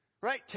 right